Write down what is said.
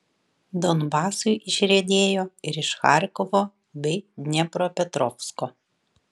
donbasui išriedėjo ir iš charkovo bei dniepropetrovsko